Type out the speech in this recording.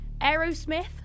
Aerosmith